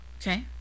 okay